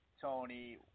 Tony